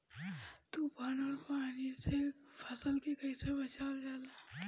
तुफान और पानी से फसल के कईसे बचावल जाला?